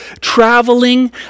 traveling